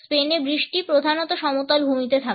স্পেনে বৃষ্টি প্রধানত সমতল ভূমিতে থাকে